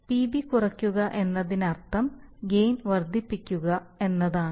PB കുറയ്ക്കുക എന്നതിനർത്ഥം gain വർദ്ധിപ്പിക്കുക എന്നാണ്